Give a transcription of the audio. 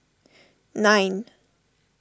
nine